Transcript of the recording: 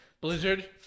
Blizzard